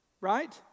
right